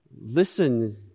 Listen